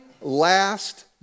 last